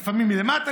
לפעמים מלמטה,